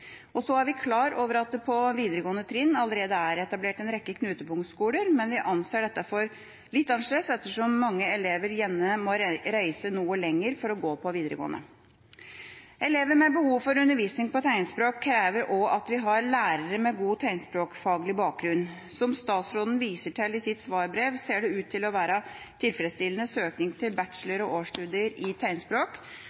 Så er vi klar over at det på videregående trinn allerede er etablert en rekke knutepunktskoler, men vi anser dette for å være litt annerledes ettersom mange elever gjerne må reise noe lenger for å gå på videregående. Elever med behov for undervisning på tegnspråk krever også at vi har lærere med god tegnspråkfaglig bakgrunn. Som statsråden viser til i sitt svarbrev, ser det ut til å være tilfredsstillende søkning til